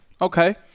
Okay